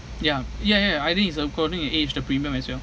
ya ya ya ya I think is according to age the premium as well